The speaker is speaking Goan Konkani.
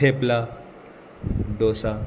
थेपला डोसा